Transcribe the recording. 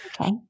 Okay